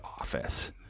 office